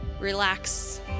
relax